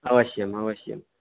अवश्यम् अवश्यम्